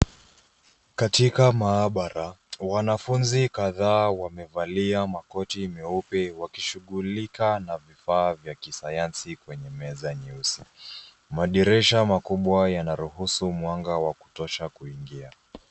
Katika maabara wanafunzi kadhaa wamevalia makoti meupe wakishughulika na vifaa vya kisayansi kwenye meza nyeusi. Madirisha makubwa yanaruhusu mwanga wa kutosha kuingia.